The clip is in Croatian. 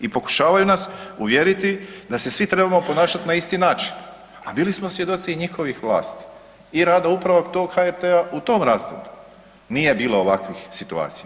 I pokušavaju nas uvjeriti da se svi trebamo ponašati na isti način, a bili smo svjedoci i njihovih vlasti i rada upravo tog HRT-a u tom razdoblju, nije bilo ovakvih situacija.